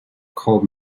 coal